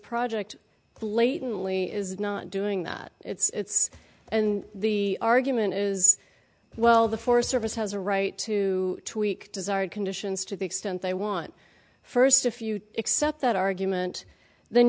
project blatantly is not doing that it's and the argument is well the forest service has a right to tweak desired conditions to the extent they want first if you accept that argument then